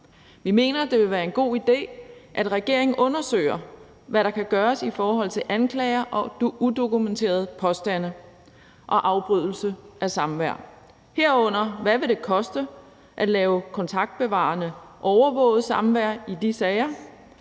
Vi mener, at det vil være en god idé, at regeringen undersøger, hvad der kan gøres i forhold til anklager og udokumenterede påstande og afbrydelse af samvær, herunder hvad det vil koste at lave kontaktbevarende overvåget samvær i de sager,